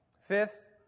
Fifth